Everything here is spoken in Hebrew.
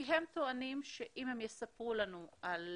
כי הם טוענים שאם הם יספרו לנו על